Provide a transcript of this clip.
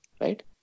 right